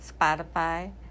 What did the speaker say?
Spotify